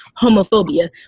homophobia